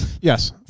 Yes